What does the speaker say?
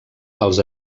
els